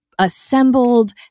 assembled